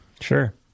Sure